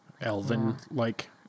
Elven-like